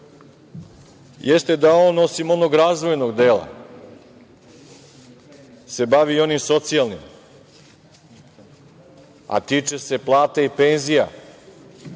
jeste da on osim onog razvojnog dela se bavi i onim socijalnim, a tiče se plata i penzija